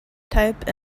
type